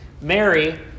Mary